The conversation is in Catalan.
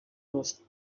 los